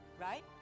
right